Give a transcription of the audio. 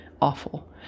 Awful